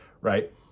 right